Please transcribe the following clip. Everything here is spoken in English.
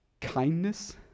kindness